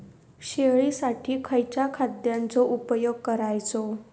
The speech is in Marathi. शेळीसाठी खयच्या खाद्यांचो उपयोग करायचो?